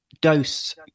dose